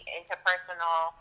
interpersonal